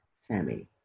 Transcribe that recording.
Sammy